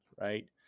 right